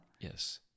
Yes